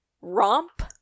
romp